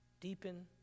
deepen